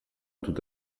tout